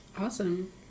Awesome